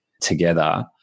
together